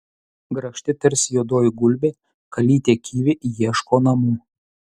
grakšti tarsi juodoji gulbė kalytė kivi ieško namų